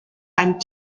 ein